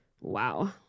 wow